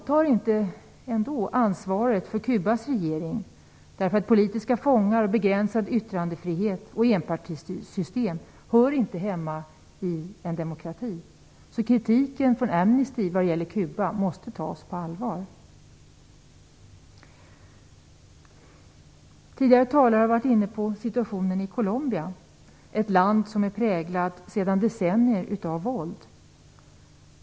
Men det fråntar inte Kubas regering ansvaret. Politiska fångar, begränsad yttrandefrihet och enpartisystem hör inte hemma i en demokrati. Kritiken från Amnesty mot Kuba måste tas på allvar. Tidigare talare har varit inne på situationen i Colombia, ett land som sedan decennier är präglat av våld.